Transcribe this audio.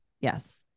Yes